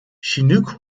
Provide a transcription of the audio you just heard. chinook